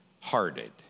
hearted